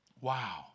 Wow